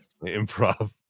improv